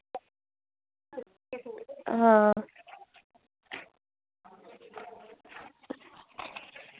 हां